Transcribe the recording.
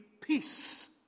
peace